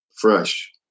fresh